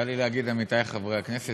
בא לי להגיד: עמיתי חברי הכנסת,